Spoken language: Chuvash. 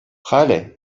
халӗ